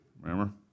remember